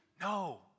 No